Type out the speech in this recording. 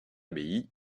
abbaye